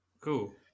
Cool